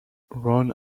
ron